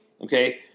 Okay